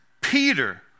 Peter